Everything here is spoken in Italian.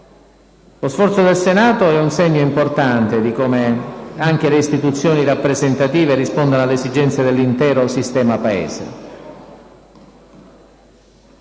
Lo sforzo del Senato è un segno importante di come anche le istituzioni rappresentative rispondano alle esigenze dell'intero sistema Paese.